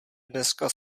dneska